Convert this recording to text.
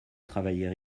travailler